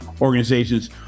organizations